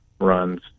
runs